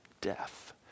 death